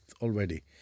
already